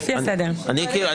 נפל.